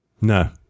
No